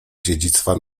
dziedzictwa